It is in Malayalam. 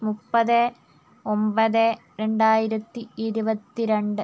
മുപ്പത് ഒൻപത് രണ്ടായിരത്തി ഇരുപത്തിരണ്ട്